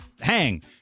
hang